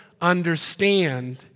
understand